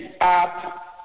up